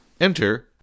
Enter